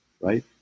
right